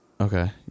Okay